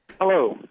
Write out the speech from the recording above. Hello